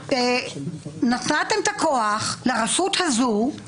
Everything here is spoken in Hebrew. נתתם את הכוח לרשות הזו,